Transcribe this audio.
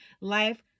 Life